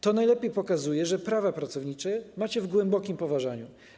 To najlepiej pokazuje, że prawa pracownicze macie w głębokim poważaniu.